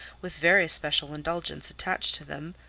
with very special indulgence attached to them,